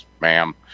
ma'am